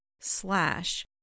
slash